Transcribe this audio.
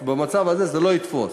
במצב הזה זה לא יתפוס.